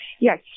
Yes